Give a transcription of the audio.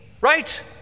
right